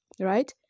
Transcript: right